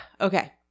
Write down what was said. Okay